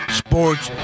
sports